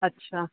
ਅੱਛਾ